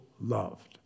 loved